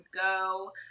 go